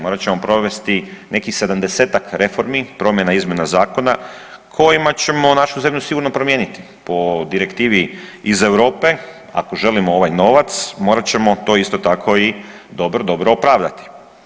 Morat ćemo provesti nekih 70-tak reformi, promjena, izmjena zakona kojima ćemo našu zemlju sigurno promijeniti po direktivi iz Europe, ako želimo ovaj novac, morat ćemo to isto tako i dobro, dobro opravdati.